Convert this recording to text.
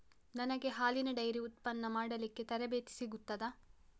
ನನಗೆ ಹಾಲಿನ ಡೈರಿ ಉತ್ಪನ್ನ ಮಾಡಲಿಕ್ಕೆ ತರಬೇತಿ ಸಿಗುತ್ತದಾ?